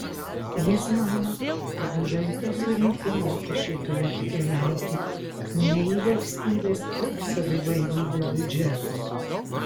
jis mano kad už nt surinkti mokesčiai turėtų keliauti ne į valstybės o į savivaldybių biudžetus